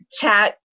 chat